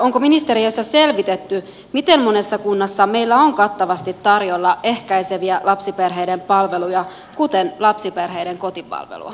onko ministeriössä selvitetty miten monessa kunnassa meillä on kattavasti tarjolla ehkäiseviä lapsiperheiden palveluja kuten lapsiperheiden kotipalvelua